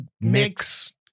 mix